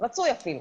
רצוי אפילו.